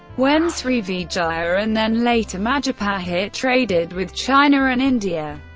when srivijaya and then later majapahit traded with china and india.